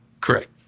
Correct